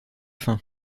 faim